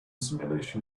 simulation